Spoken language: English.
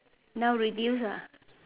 now reduce ah